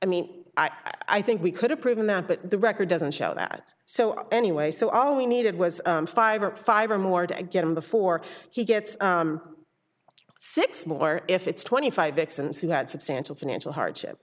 i mean i think we could have proven that but the record doesn't show that so anyway so all we needed was five or five or more to get him before he gets six more if it's twenty five vixens who had substantial financial hardship